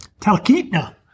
Talkeetna